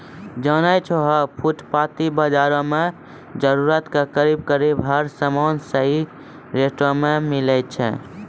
जानै छौ है फुटपाती बाजार मॅ जरूरत के करीब करीब हर सामान सही रेटो मॅ मिलै छै